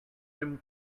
him